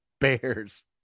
Bears